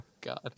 God